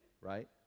Right